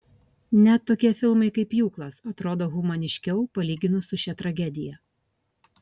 net tokie filmai kaip pjūklas atrodo humaniškiau palyginus su šia tragedija